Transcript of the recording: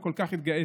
וכל כך התגאיתי.